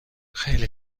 خیلی